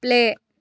play